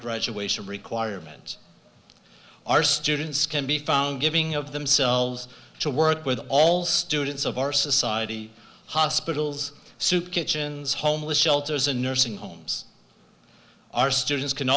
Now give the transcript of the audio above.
graduation requirement our students can be found giving of themselves to work with all students of our society hospitals soup kitchens homeless shelters and nursing homes our students can